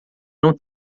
não